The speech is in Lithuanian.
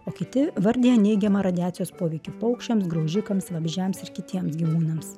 o kiti vardija neigiamą radiacijos poveikį paukščiams graužikams vabzdžiams ir kitiems gyvūnams